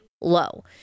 Low